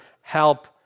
help